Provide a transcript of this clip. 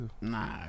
Nah